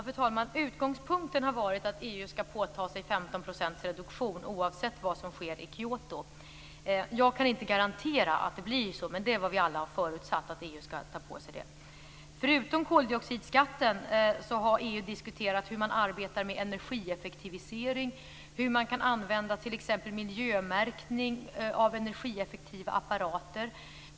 Fru talman! Utgångspunkten har varit att EU skall påta sig 15 procents reduktion oavsett vad som sker i Kyoto. Jag kan inte garantera att det blir så. Men vi har alla förutsatt att EU skall ta på sig det. Förutom koldioxidskatten har EU diskuterat hur man arbetar med energieffektivisering, hur man kan använda t.ex. miljömärkning av energieffektiva apparater.